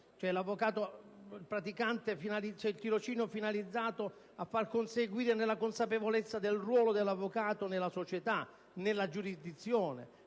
avvocato è «finalizzato a fargli conseguire, nella consapevolezza del ruolo dell'avvocato nella società e nella giurisdizione,